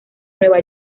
nueva